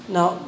Now